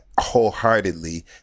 wholeheartedly